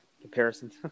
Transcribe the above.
comparisons